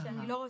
כשאני לא רוצה.